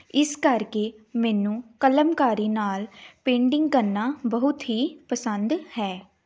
ਇਸ ਕਰਕੇ ਮੈਨੂੰ ਕਲਮਕਾਰੀ ਨਾਲ ਪੇਂਟਿੰਗ ਕਰਨਾ ਬਹੁਤ ਹੀ ਪਸੰਦ ਹੈ